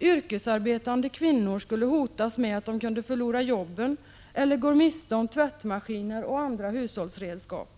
Yrkesarbetande kvinnor skulle hotas med att de kunde förlora jobben eller gå miste om tvättmaskiner och andra hushållsredskap.